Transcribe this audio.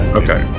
okay